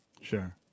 Sure